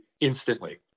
instantly